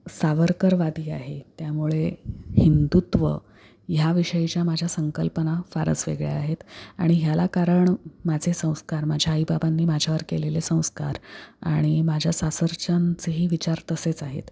सावरकरवादी आहे त्यामुळे हिंदुत्व ह्या विषयीच्या माझ्या संकल्पना फारच वेगळ्या आहेत आणि ह्याला कारण माझे संस्कार माझ्या आईबाबांनी माझ्यावर केलेले संस्कार आणि माझ्या सासरच्यांचेही विचार तसेच आहेत